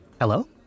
Hello